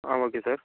ah okay sir